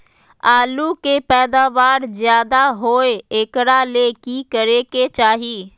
आलु के पैदावार ज्यादा होय एकरा ले की करे के चाही?